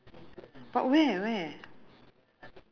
ya lah a~ any new ventures you're going to try